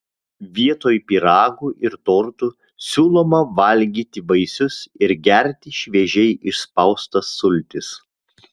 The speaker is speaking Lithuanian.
vietoj pyragų ir tortų siūloma valgyti vaisius ir gerti šviežiai išspaustas sultis